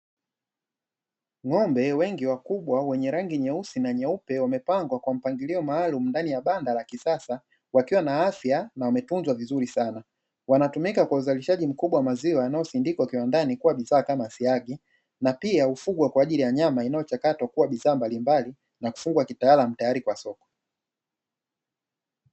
Ng'ombe wengi wakubwa wenye rangi nyeusi na nyeupe wamepangwa kwa mpangilio maalumu ndani ya banda la kisasa wakiwa na afya na wametunzwa vizuri sana wanatumika kwa uzalishaji mkubwa wa maziwa yanayosindikwa kiwandani kuwa bidhaa kama siagi na pia hufugwa kwaajili ya nyama inayochakatwa kuwa bidhaa mbalimbali na kufungwa kitaalamu tayari kwa soko.